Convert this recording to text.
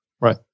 Right